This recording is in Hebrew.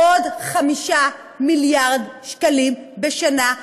עוד 5 מיליארד שקלים בשנה,